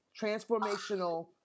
transformational